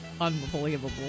unbelievable